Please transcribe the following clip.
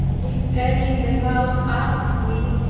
if any in the house asked me,